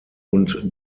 und